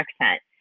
accent